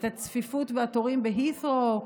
את הצפיפות והתורים בהית'רו,